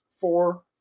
four